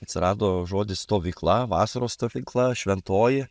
atsirado žodis stovykla vasaros stovykla šventoji